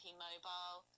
T-Mobile